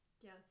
Yes